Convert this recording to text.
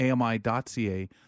ami.ca